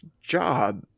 job